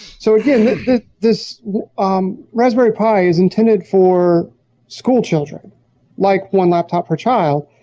so yeah this raspberry pi is intended for school children like one laptop per child.